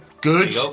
good